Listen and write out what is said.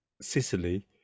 Sicily